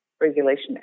Regulation